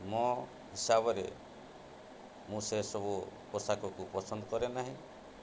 ମୋ ହିସାବରେ ମୁଁ ସେସବୁ ପୋଷାକକୁ ପସନ୍ଦ କରେ ନାହିଁ